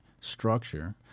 structure